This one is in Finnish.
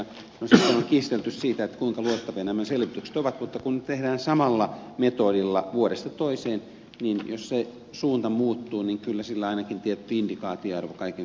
on kiistelty siitä kuinka luotettavia nämä selvitykset ovat mutta kun tehdään samalla metodilla vuodesta toiseen niin jos se suunta muuttuu niin kyllä sillä ainakin tietty indikaatioarvo kaiken kaikkiaan on